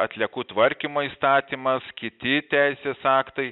atliekų tvarkymo įstatymas kiti teisės aktai